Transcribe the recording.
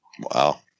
Wow